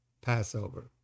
Passover